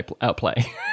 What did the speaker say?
outplay